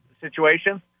situation